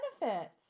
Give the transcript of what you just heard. benefits